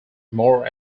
more